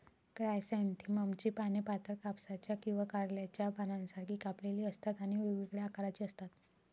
क्रायसॅन्थेममची पाने पातळ, कापसाच्या किंवा कारल्याच्या पानांसारखी कापलेली असतात आणि वेगवेगळ्या आकाराची असतात